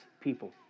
people